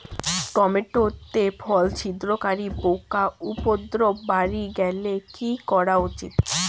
Tomato তে ফল ছিদ্রকারী পোকা উপদ্রব বাড়ি গেলে কি করা উচিৎ?